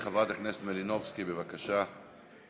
חברת הכנסת מלינובסקי, בבקשה.